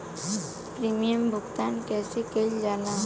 Premium भुगतान कइसे कइल जाला?